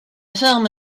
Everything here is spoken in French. forme